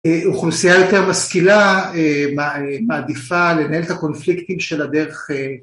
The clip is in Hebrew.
אוכלוסייה יותר בשכילה, מעדיפה לנהל את הקונפליקטים שלה דרך אה...